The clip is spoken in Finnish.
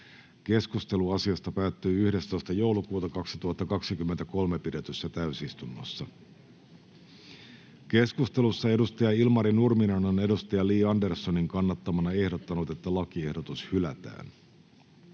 Keskustelu asiasta päättyi 11.12.2023 pidetyssä täysistunnossa. Keskustelussa Timo Suhonen on Paula Werningin kannattamana ehdottanut, että lakiehdotus hylätään.